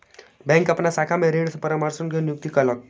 bank अपन शाखा में ऋण परामर्शक के नियुक्ति कयलक